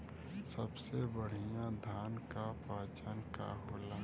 सबसे बढ़ियां धान का पहचान का होला?